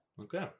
Okay